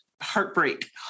heartbreak